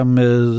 med